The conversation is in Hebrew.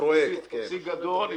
שיא גדול,